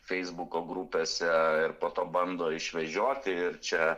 feisbuko grupėse ir po to bando išvežioti ir čia